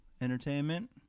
Entertainment